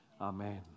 Amen